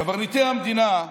קברניטי המדינה,